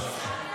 תודה רבה.